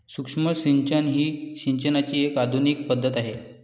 सूक्ष्म सिंचन ही सिंचनाची एक आधुनिक पद्धत आहे